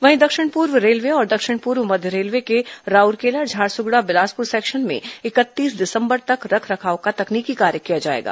वहीं दक्षिण पूर्व रेलवे और दक्षिण पूर्व मध्य रेलवे के राउरकेला झारसुगड़ा बिलासपुर सेक्शन में इकतीस दिसंबर तक रखरखाव का तकनीकी कार्य किया जाएगा